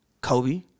Kobe